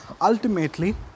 ultimately